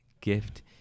gift